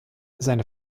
seine